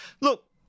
Look